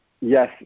yes